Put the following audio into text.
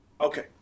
Okay